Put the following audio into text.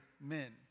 men